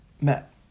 met